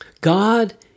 God